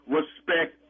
Respect